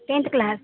tenth class